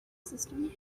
system